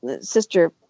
Sister